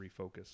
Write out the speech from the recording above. refocus